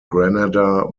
granada